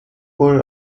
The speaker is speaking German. bull